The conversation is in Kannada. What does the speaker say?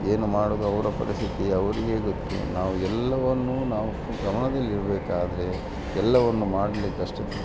ಏನು ಮಾಡುವುದು ಅವರ ಪರಿಸ್ಥಿತಿ ಅವರಿಗೇ ಗೊತ್ತು ನಾವು ಎಲ್ಲವನ್ನು ನಾವು ಗಮನದಲ್ಲಿಡಬೇಕಾದ್ರೆ ಎಲ್ಲವನ್ನು ಮಾಡ್ಲಿಕ್ಕೆ ಕಷ್ಟ